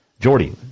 Jordy